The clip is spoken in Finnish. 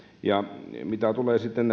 mitä tulee sitten